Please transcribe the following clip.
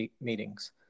meetings